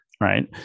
right